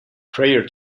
prior